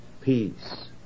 peace